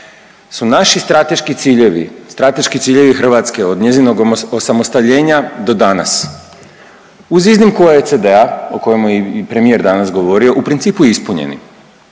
ciljevi, strateški ciljevi Hrvatske od njezinog osamostaljenja do danas uz iznimku OECD-a o kojemu je i premijer danas govorio u principu ispunjeni.